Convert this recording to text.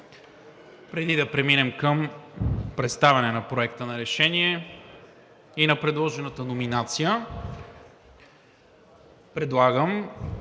Преди да преминем към представяне на Проекта на решение и на предложената номинация, предлагам